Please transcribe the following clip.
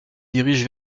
dirige